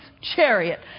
chariot